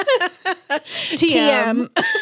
TM